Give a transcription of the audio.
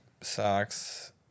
socks